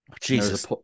Jesus